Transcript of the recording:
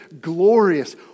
glorious